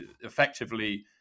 effectively